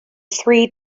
three